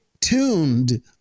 tuned